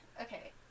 okay